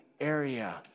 area